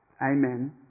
Amen